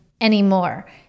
anymore